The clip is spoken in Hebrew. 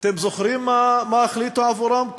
אתם זוכרים מה החליטו עבורם,